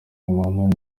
mahmoud